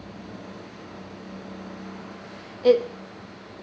it